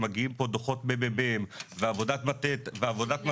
מגיעים לפה דוחות ממ"מ ועבודת מטה ממשלתית,